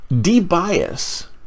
de-bias